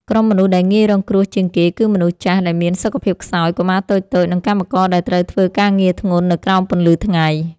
ក្រុមមនុស្សដែលងាយរងគ្រោះជាងគេ គឺមនុស្សចាស់ដែលមានសុខភាពខ្សោយ កុមារតូចៗ និងកម្មករដែលត្រូវធ្វើការងារធ្ងន់នៅក្រោមពន្លឺថ្ងៃ។